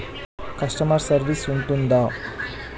Customer service ఉంటుందా?